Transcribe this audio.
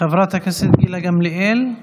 חברת הכנסת גילה גמליאל,